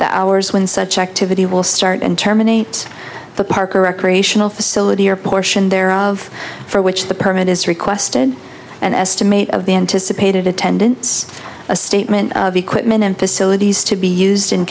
the hours when such activity will start and terminate the parker recreational facility or portion thereof for which the permit is requested an estimate of the anticipated attendance a statement of equipment and facilities to be used in